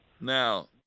now